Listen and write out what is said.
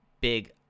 big